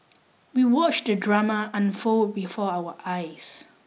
we watched the drama unfold before our eyes